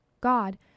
God